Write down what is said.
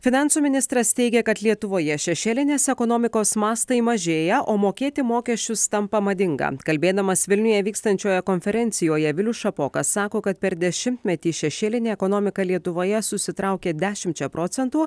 finansų ministras teigia kad lietuvoje šešėlinės ekonomikos mastai mažėja o mokėti mokesčius tampa madinga kalbėdamas vilniuje vykstančioje konferencijoje vilius šapoka sako kad per dešimtmetį šešėlinė ekonomika lietuvoje susitraukė dešimčia procentų